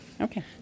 Okay